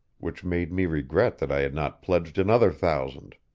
which made me regret that i had not pledged another thousand.